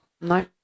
No